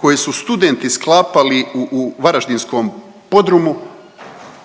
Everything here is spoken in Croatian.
koje su studenti sklapali u varaždinskom podrumu